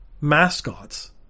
mascots